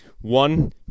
One